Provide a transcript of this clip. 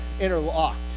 interlocked